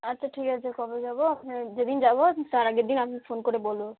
আচ্ছা ঠিক আছে কবে যাবো আপনার যেদিন যাবো তার আগের দিন আমি ফোন করে বলবো